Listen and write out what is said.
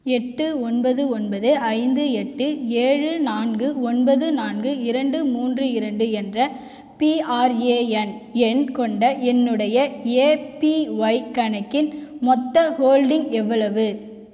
எட்டு ஒன்பது ஒன்பது ஐந்து எட்டு ஏழு நான்கு ஒன்பது நான்கு இரண்டு மூன்று இரண்டு என்ற பிஆர்ஏஎன் எண் கொண்ட என்னுடைய ஏபிஒய் கணக்கின் மொத்த ஹோல்டிங் எவ்வளவு